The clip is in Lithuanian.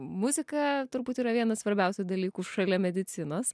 muzika turbūt yra vienas svarbiausių dalykų šalia medicinos